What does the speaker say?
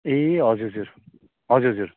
ए हजुर हजुर हजुर हजुर